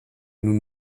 nous